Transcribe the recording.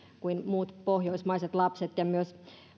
kuin muut pohjoismaiset lapset ja myös